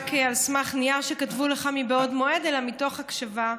רק על סמך נייר שכתבו לך מבעוד מועד אלא מתוך הקשבה.